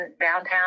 downtown